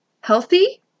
healthy